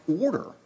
order